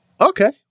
okay